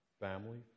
family